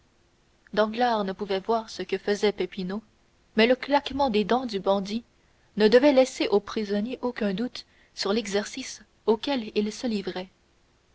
danglars ne pouvait voir ce que faisait peppino mais le claquement des dents du bandit ne devait laisser au prisonnier aucun doute sur l'exercice auquel il se livrait